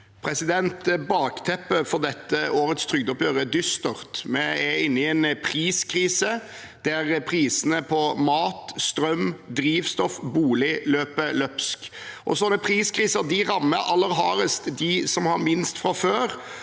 Bakteppet for dette årets trygdeoppgjør er dystert. Vi er inne i en priskrise, der prisene på mat, strøm, drivstoff og bolig løper løpsk. Sånne priskriser rammer aller hardest dem som har minst fra før.